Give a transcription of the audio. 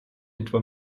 etwa